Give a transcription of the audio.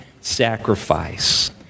sacrifice